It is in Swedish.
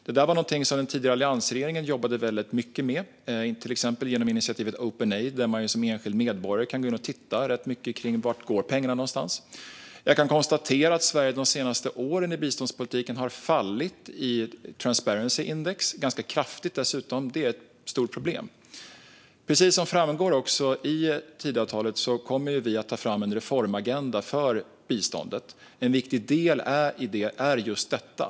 Det var någonting som den tidigare alliansregeringen jobbade väldigt mycket med, till exempel genom initiativet Openaid där man som enskild medborgare kan gå in och titta vart pengarna går någonstans. Jag kan konstatera att de senast åren har Sveriges biståndspolitik fallit ganska kraftigt i Transparency Index. Det är ett stort problem. Precis som framgår av Tidöavtalet kommer vi att ta fram en reformagenda för biståndet. En viktig del i det är just detta.